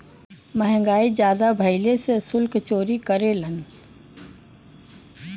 महंगाई जादा भइले से सुल्क चोरी करेलन